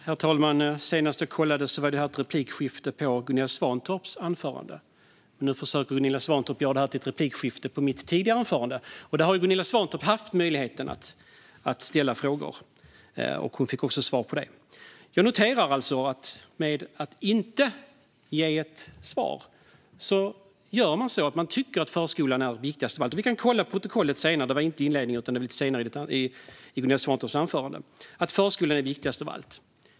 Herr talman! Senast jag kollade var det här ett replikskifte på Gunilla Svantorps anförande. Nu försöker Gunilla Svantorp att göra det till ett replikskifte på mitt tidigare anförande. Gunilla Svantorp har haft möjligheten att ställa frågor, och hon fick också svar på dem. Jag noterar att jag inte får ett svar. Vi kan kolla i protokollet sedan. Det var inte i inledningen utan lite senare i Gunilla Svantorps anförande som hon sa att förskolan är viktigast av allt.